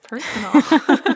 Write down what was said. personal